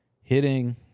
hitting